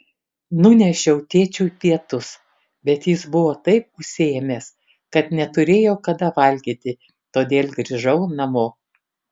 nunešiau tėčiui pietus bet jis buvo taip užsiėmęs kad neturėjo kada valgyti todėl grįžau namo